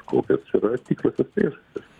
kokios čia yra tikslas ir priežastys